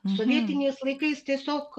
sovietiniais laikais tiesiog